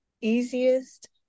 easiest